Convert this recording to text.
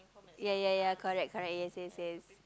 yea yea yea correct correct yes yes yes